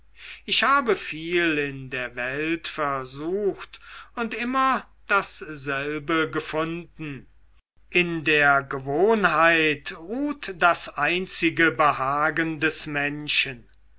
ich habe viel in der welt versucht und immer dasselbe gefunden in der gewohnheit ruht das einzige behagen des menschen